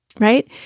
right